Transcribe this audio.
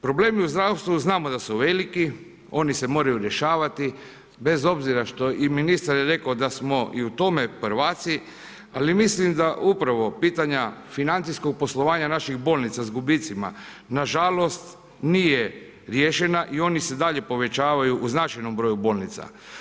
Problemi u zdravstvu znamo da su veliki, oni se moraju rješavati bez obzira što i ministar je rekao da smo i u tome prvaci, ali mislim da upravo pitanja financijskog poslovanja naših bolnica s gubicima nažalost nije riješena i oni se dalje povećavaju u značajnom broju bolnica.